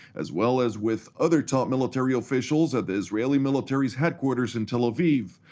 as well as with other top military officials at the israeli military's headquarters in tel aviv.